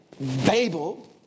Babel